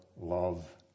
love